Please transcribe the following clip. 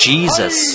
Jesus